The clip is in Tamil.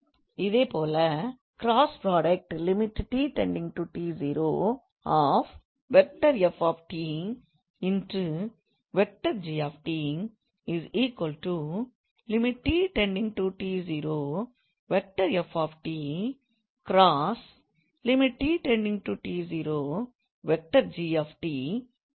இதேபோல கிராஸ் புராடக்ட் என இருக்கும்